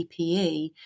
PPE